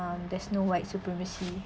um there's no white supremacy